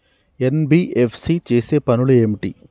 NBFC చేసే పనులు ఏమిటి?